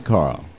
Carl